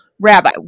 Rabbi